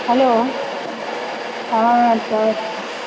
hello हँ sir